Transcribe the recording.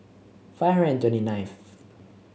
five hundred and twenty ninth